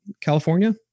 California